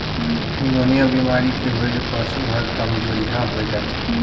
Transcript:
pneumonia बेमारी के होय ले पसु हर कामजोरिहा होय जाथे